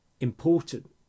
important